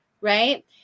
right